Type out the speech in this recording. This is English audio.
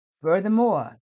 Furthermore